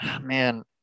man